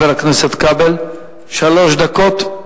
לרשותך, חבר הכנסת כבל, שלוש דקות,